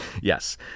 Yes